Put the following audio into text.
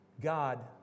God